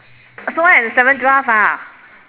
snow white and the seven dwarfs ah